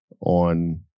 on